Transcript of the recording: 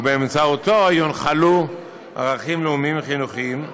ובאמצעותו יונחלו ערכים לאומיים וחינוכיים.